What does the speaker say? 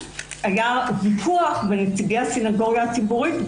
ויכוח עם נציגי הסניגוריה הציבורית.